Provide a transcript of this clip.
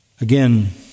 Again